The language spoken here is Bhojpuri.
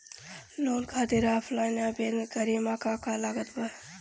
लोन खातिर ऑफलाइन आवेदन करे म का का लागत बा?